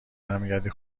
برمیگردی